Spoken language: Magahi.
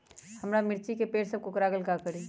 हमारा मिर्ची के पेड़ सब कोकरा गेल का करी?